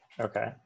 okay